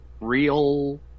Real